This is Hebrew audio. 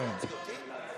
אתה מוציא אותי?